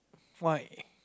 why